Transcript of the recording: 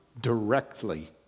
directly